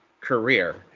career